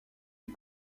des